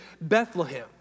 Bethlehem